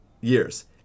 years